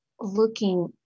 looking